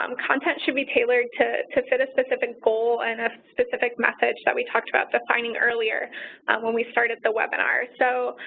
um content should be tailored to to fit a specific goal and a specific message that we talked about defining earlier when we started the webinar. so,